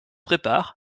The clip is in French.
prépare